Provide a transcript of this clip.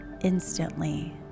instantly